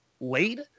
late